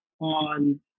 on